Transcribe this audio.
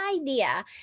idea